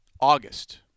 August